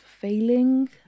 failing